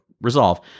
resolve